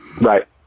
Right